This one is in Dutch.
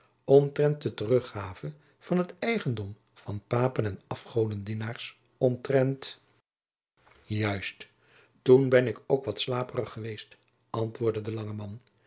omtrent de teruggave van het eigendom van papen en afgodendienaars omtrent jacob van lennep de pleegzoon juist toen ben ik ook wat slaperig geweest antwoordde de lange man